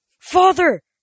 Father